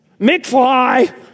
McFly